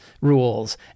rules